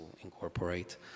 incorporate